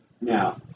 Now